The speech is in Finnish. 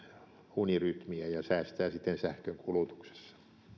unirytmiä ja säästää siten sähkönkulutuksessa